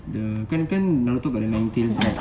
the kan kan naruto got the nine tails right